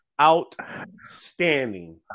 outstanding